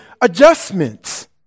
adjustments